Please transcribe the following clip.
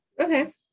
Okay